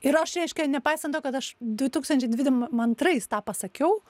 ir aš reiškia nepaisant to kad aš du tūkstančiai dvim antrais tą pasakiau